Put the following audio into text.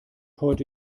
heute